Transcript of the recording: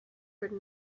heard